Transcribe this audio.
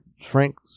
Frank